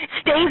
stay